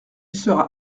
sera